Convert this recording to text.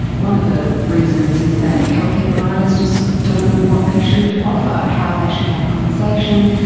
one of the reasons is that healthcare providers just don't know what they should offer, how they should have a conversation,